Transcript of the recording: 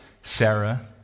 Sarah